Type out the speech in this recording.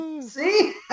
See